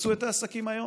תפצו את העסקים היום.